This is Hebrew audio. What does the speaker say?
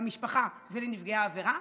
למשפחה ולנפגעי העבירה,